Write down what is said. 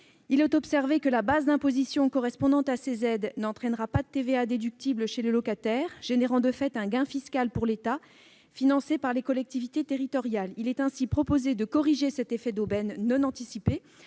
Il est observé que la base d'imposition correspondant à ces aides n'entraînera pas de TVA déductible chez le locataire, produisant de fait un gain fiscal pour l'État financé par les collectivités territoriales. Il est ainsi proposé de corriger cet effet d'aubaine non anticipé